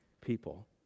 people